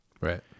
Right